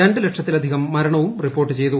രണ്ടു ലക്ഷത്തിലധികം മരണവും റിപ്പോർട്ട് ചെയ്തു